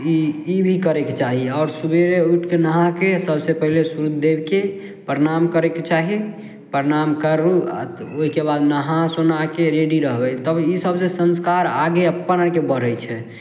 ई ई भी करेके चाही आओर सुबेरे उठके नाहाके सबसे पहिले सुर्ज देबके प्रणाम करेके चाही प्रणाम करू आ ओहिके बाद नाहा सोनाके रेडी रहबै तब ई सबसे संस्कार आगे अपन आरके बढ़ै छै